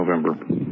November